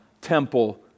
temple